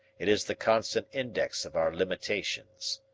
it is the constant index of our limitations.